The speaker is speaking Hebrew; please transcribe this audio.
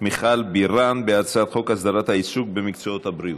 מיכל בירן בהצעת חוק הסדרת העיסוק במקצועות הבריאות.